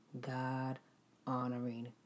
God-honoring